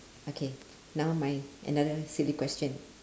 okay now my another silly question